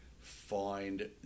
find